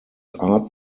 art